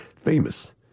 famous